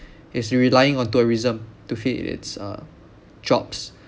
is relying on tourism to feed its uh jobs